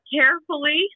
Carefully